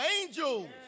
angels